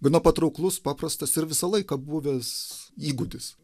gana patrauklus paprastas ir visą laiką buvęs įgūdis